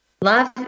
Love